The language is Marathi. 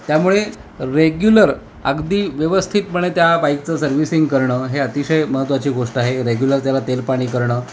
त्यामुळे रेग्युलर अगदी व्यवस्थितपणे त्या बाईकचं सर्व्हिसिंग करणं हे अतिशय महत्त्वाची गोष्ट आहे रेग्युलर त्याला तेल पाणी करणं